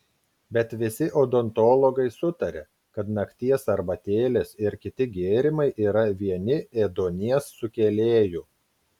bet visi odontologai sutaria kad nakties arbatėlės ir kiti gėrimai yra vieni ėduonies sukėlėjų